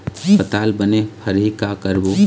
पताल बने फरही का करबो?